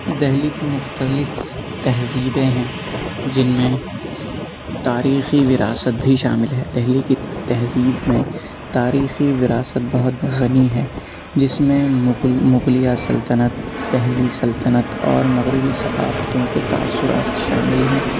دہلی کی مختلف تہذیبیں ہیں جن میں تاریخی وراثت بھی شامل ہے دہلی کی تہذیب میں تاریخی وراثت بہت غنی ہے جس میں مغل مغلیہ سلطنت دہلی سلطنت اور مغربی ثقافتوں کے تاثرات شامل ہیں